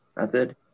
method